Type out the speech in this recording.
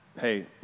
hey